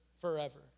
forever